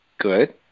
Good